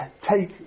take